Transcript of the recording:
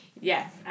yes